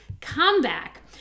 comeback